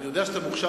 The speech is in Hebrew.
אני יודע שאתה מוכשר,